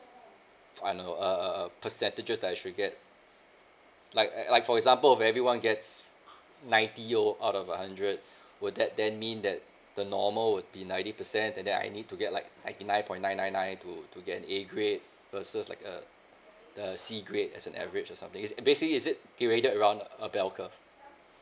I know a a a percentages that I should get like like for example if everyone gets ninety o~ out of a hundred would that than mean that the normal would be ninety percent then then I need to get like ninety nine point nine nine nine to to get an A grade versus like uh the C grade as an average or something basically is it it raided around a bell curve